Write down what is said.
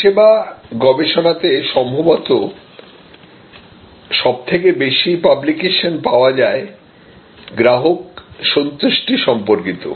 পরিষেবা গবেষণাতে সম্ভবত সবথেকে বেশি পাবলিকেশন পাওয়া যায় গ্রাহক সন্তুষ্টি সম্পর্কিত